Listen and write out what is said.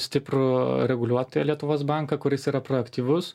stiprų reguliuotoją lietuvos banką kuris yra proaktyvus